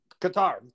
Qatar